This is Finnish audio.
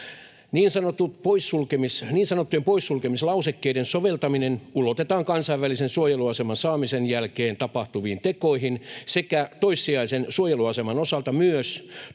Niin sanottujen poissulkemislausekkeiden soveltaminen ulotetaan kansainvälisen suojeluaseman saamisen jälkeen tapahtuviin tekoihin sekä toissijaisen suojeluaseman osalta myös